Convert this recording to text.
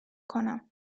کنم